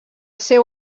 seu